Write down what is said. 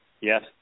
Yes